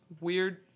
weird